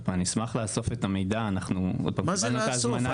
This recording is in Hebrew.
אני אשמח לאסוף את המידע מה זה לאסוף?